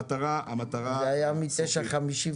זה היה מ-9:59.